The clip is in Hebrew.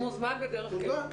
הוא מוזמן דרך קבע.